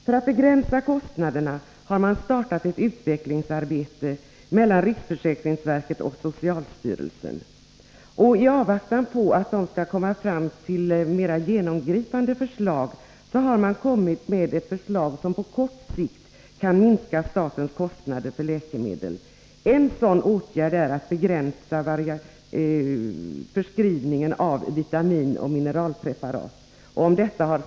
För att begränsa kostnaderna har man startat ett utvecklingssamarbete mellan riksförsäkringsverket och socialstyrelsen. I avvaktan på förslag till mer genomgripande åtgärder har det lagts fram förslag till åtgärder som på kort sikt kan minska statens kostnader för läkemedel. En sådan åtgärd är att begränsa förskrivningen av vitaminoch mineralpreparat.